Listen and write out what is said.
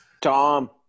tom